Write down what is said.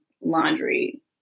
laundry